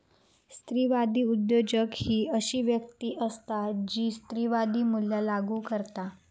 स्त्रीवादी उद्योजक ही अशी व्यक्ती असता जी स्त्रीवादी मूल्या लागू करता